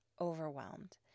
overwhelmed